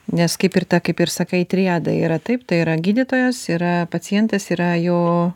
nes kaip ir ta kaip ir sakai triada yra taip tai yra gydytojas yra pacientas yra jo